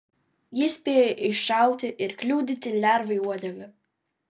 jis spėjo iššauti ir kliudyti lervai uodegą